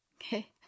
Okay